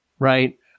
Right